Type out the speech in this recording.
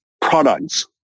products